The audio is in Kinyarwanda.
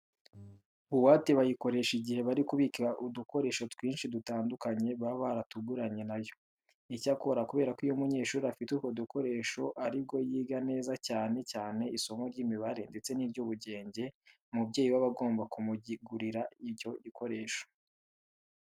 Buwate bayikoresha igihe bari kubika udukoresho twinshi dutandukanye baba baratuguranye na yo. Icyakora kubera ko iyo umunyeshuri afite utwo dukoresho ari bwo yiga neza cyane cyane isomo ry'imibare ndetse n'iry'ubugenge, umubyeyi we aba agomba kumugurira icyo gikoresho.